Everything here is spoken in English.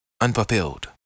unfulfilled